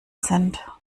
sind